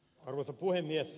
arvoisa puhemies